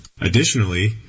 Additionally